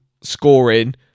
scoring